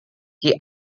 die